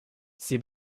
ses